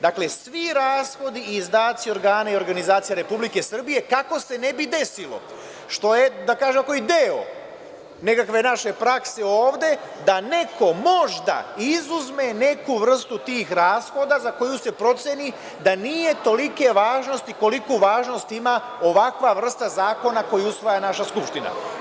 Dakle, svi rashodi i izdaci organa i organizacija Republike Srbije, kako se ne bi desilo, što je, da kažem, ovako i deo nekakve naše prakse ovde da neko možda izuzme neku vrstu tih rashoda za koju se proceni da nije tolike važnosti koliku važnost ima ovakva vrsta zakona koji usvaja naša Skupština.